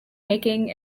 making